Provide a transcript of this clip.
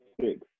six